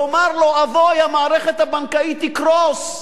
לומר לו: אבוי, המערכת הבנקאית תקרוס,